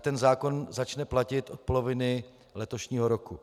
Ten zákon začne platit od poloviny letošního roku.